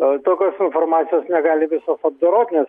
tokios informacijos negali visos apdorot nes